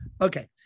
Okay